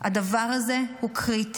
הדבר הזה הוא קריטי.